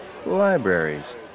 Libraries